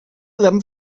them